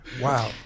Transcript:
Wow